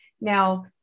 now